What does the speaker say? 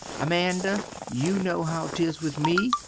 amanda you no how tis with me?